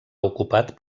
ocupat